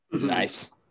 Nice